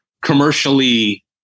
commercially